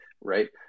right